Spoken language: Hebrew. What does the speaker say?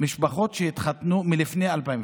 משפחות שהתחתנו מלפני 2003,